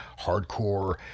hardcore